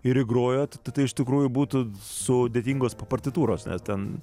ir įgrojęs tatai iš tikrųjų būtų sudėtingos partitūros nes ten